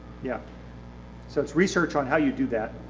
yeah so it's research on how you do that.